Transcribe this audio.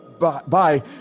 Bye